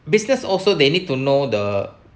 business also they need to know the